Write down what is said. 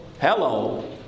hello